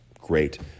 Great